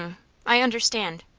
i understand.